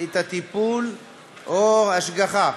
את הטיפול או את ההשגחה,